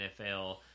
nfl